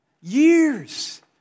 Years